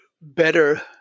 better